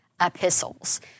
epistles